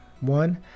One